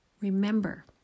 Remember